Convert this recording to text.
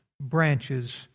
branches